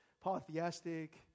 Polytheistic